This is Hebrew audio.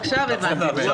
עכשיו הבנתי.